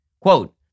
quote